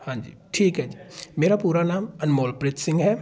ਹਾਂਜੀ ਠੀਕ ਹੈ ਜੀ ਮੇਰਾ ਪੂਰਾ ਨਾਮ ਅਨਮੋਲ ਪ੍ਰੀਤ ਸਿੰਘ ਹੈ